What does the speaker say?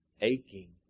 aching